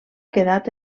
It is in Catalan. quedat